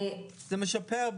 זה משפר,